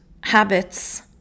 habits